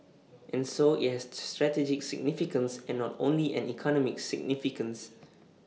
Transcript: and so IT has strategic significance and not only an economic significance